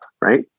right